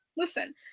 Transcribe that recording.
Listen